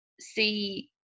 see